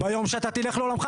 ביום שאתה תלך לעולמך.